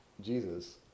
Jesus